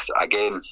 again